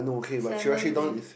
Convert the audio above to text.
salmon with